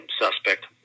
suspect